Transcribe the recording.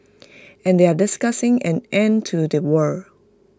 and they are discussing an end to the war